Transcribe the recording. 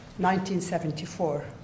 1974